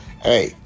hey